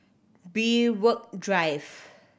Drive